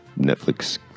Netflix